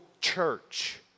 church